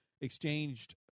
exchanged